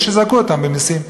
ושיזכו אותן במסים.